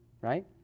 Right